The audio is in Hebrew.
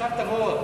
עכשיו תבוא.